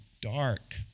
dark